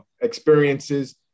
experiences